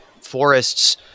forests